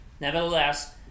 Nevertheless